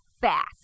fast